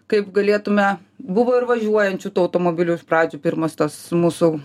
kaip galėtume buvo ir važiuojančių tų automobilių iš pradžių pirmos tos mūsų